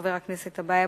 חבר הכנסת טיבייב,